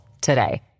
today